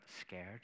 scared